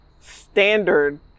standard